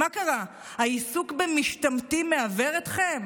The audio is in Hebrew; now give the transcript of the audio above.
מה קרה, העיסוק במשתמטים מעוור אתכם,